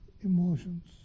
Emotions